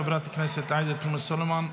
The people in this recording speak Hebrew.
חברת הכנסת עאידה תומא סלימאן,